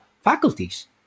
faculties